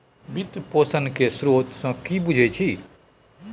वित्त पोषण केर स्रोत सँ कि बुझै छी